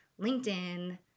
LinkedIn